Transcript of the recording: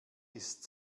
ist